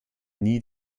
nie